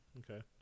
okay